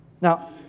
Now